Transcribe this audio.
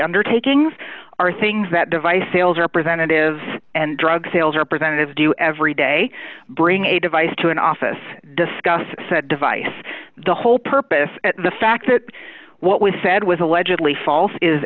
undertakings are things that device sales representative and drug sales representative do every day bring a device to an office discuss said device the whole purpose the fact that what was said was allegedly false is